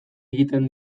egiten